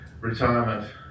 retirement